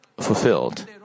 fulfilled